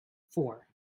four